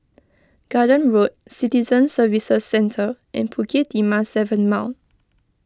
Garden Road Citizen Services Centre and Bukit Timah seven Mile